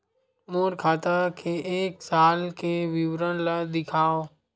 मोर खाता के एक साल के विवरण ल दिखाव?